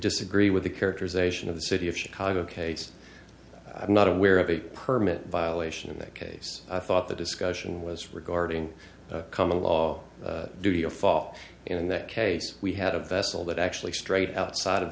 disagree with the characterization of the city of chicago case i'm not aware of a permit violation in that case i thought the discussion was regarding common law do your fall in that case we had a vessel that actually straight outside of